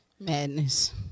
Madness